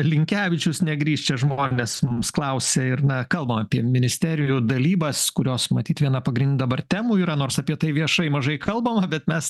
linkevičius negrįš čia žmonės mums klausia ir na kalbam apie ministerijų dalybas kurios matyt viena pagrindinių dabar temų yra nors apie tai viešai mažai kalbama bet mes